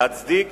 להצדיק